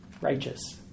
righteous